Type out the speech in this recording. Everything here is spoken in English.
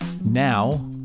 Now